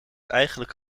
eigenlijk